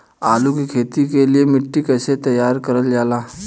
आलू की खेती के लिए मिट्टी कैसे तैयार करें जाला?